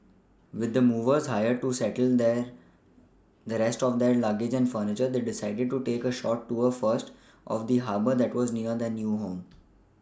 with the movers hired to settle the the rest of their luggage and furniture they decided to take a short tour first of the Harbour that was near their new home